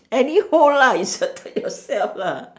any hole lah inserted yourself lah